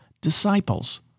disciples